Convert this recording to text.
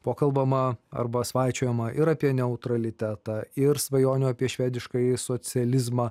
buvo kalbama arba svaičiojama ir apie neutralitetą ir svajonių apie švediškąjį socializmą